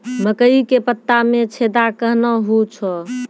मकई के पत्ता मे छेदा कहना हु छ?